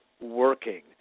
working